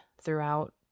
throughout